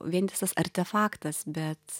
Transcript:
vientisas artefaktas bet